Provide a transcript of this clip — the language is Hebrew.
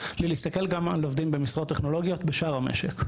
ללהסתכל גם על עובדים במשרות טכנולוגיות בשאר המשק.